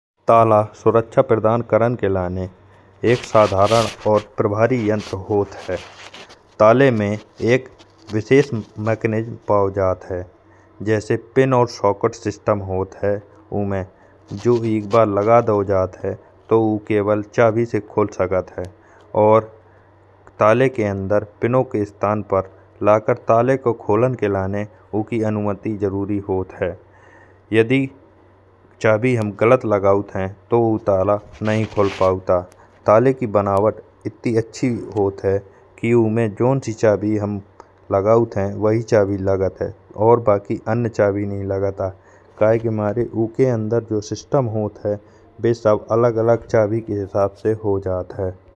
ताला सुरक्षा प्रदान करण के लाने एक साधारण और प्रभारी यंत्र होत है। ताले ने एक विशेष मेकैनिज़्म पाओ जात है, जैसे पिन और शॉकेट सिस्टम होत है। उमें जो एक बार लगा दओ जात है तो ऊ केवल चाबी से खुल सकत है। और ताले के अंदर पिनों के स्थान पर लाके उके खोलन के लाने उको अनुमति जरूरी होत है। यदि हम चाबी गलत लगावत है तो वो ताला नहीं खुल पउत आये। ताले की बनावट इतनी अच्छी होत है कि उमें जौन सी चाबी हम लगावत है। वही चाबी लागत है, बाकी अन्य चाबी नहीं लागत आये। काये के उके अंदर जो सिस्टम होत है वे सब अलग अलग चाबी से हिसाब से हो जात है।